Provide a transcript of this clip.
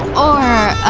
or ah,